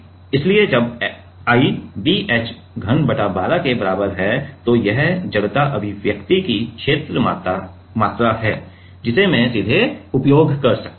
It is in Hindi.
इसलिए जब I b h घन बटा 12 के बराबर है तो यह जड़ता अभिव्यक्ति की क्षेत्र मात्रा है जिसे मैं सीधे उपयोग कर सकता हूं